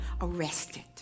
arrested